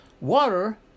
Water